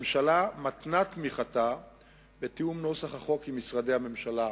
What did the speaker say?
הממשלה מתנה את תמיכתה בתיאום נוסח החוק עם משרדי הממשלה